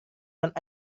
dan